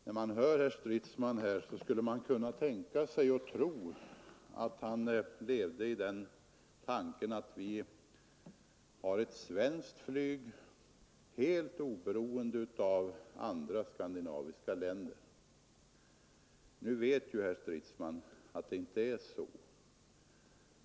När man hör herr Stridsman skulle man annars kunna tro att han levde i föreställningen att vi har ett svenskt flyg, ett flyg som är helt oberoende av andra skandinaviska länder. Herr Stridsman vet ju att det inte är så.